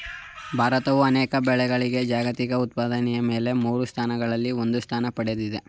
ಭಾರತವು ಅನೇಕ ಬೆಳೆಗಳಲ್ಲಿ ಜಾಗತಿಕ ಉತ್ಪಾದಕರ ಮೇಲಿನ ಮೂರು ಸ್ಥಾನಗಳಲ್ಲಿ ಒಂದು ಸ್ಥಾನ ಪಡೆದಿದೆ